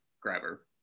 grabber